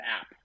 app